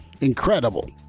incredible